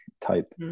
type